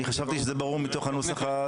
אני חשבתי שזה ברור מתוך הנוסח.